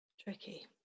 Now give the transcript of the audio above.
Tricky